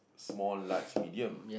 small large medium